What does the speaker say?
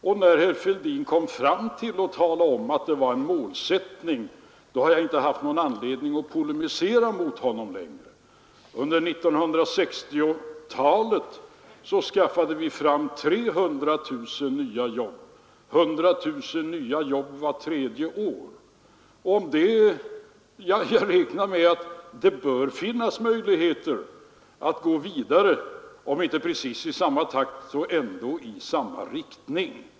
Och eftersom herr Fälldin kom fram till att det var en målsättning har jag inte haft anledning att längre polemisera mot honom. Under 1960-talet skaffade vi fram 300 000 nya jobb — 100 000 nya jobb vart tredje år. Jag räknar med att det bör finnas möjligheter att gå vidare, om inte precis i samma takt så ändå i samma riktning.